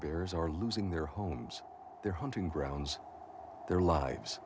bears are losing their homes they're hunting grounds their lives